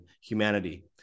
humanity